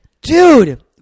Dude